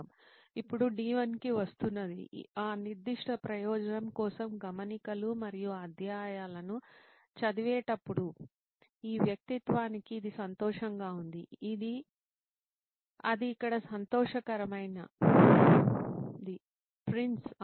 ఇప్పుడు D1 కి వస్తున్నది ఆ నిర్దిష్ట ప్రయోజనం కోసం గమనికలు మరియు అధ్యాయాలను చదివేటప్పుడు ఈ వ్యక్తిత్వానికి ఇది సంతోషంగా ఉంది అది ఇక్కడ సంతోషకరమైన ప్రిన్స్